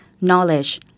knowledge